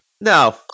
No